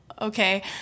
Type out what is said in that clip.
okay